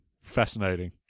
Fascinating